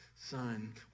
son